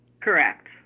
Correct